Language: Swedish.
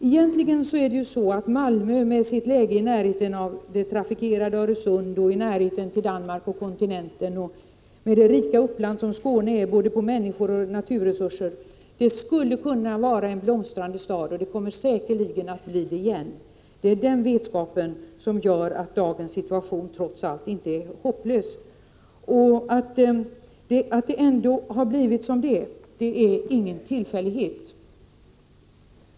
Egentligen skulle Malmö med sitt läge i närheten av det trafikerade Öresund, med närheten till Danmark och kontinenten och med det rika uppland som Skåne är både på människor och på naturresurser kunna vara en blomstrande stad, och det kommer den säkerligen att bli igen. Det är den vetskapen som gör att dagens situation trots allt inte är hopplös. Att det har blivit som det är, det är ingen tillfällighet.